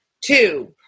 two